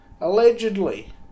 Allegedly